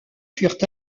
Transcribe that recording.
furent